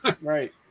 Right